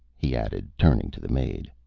he added, turning to the maid.